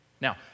Now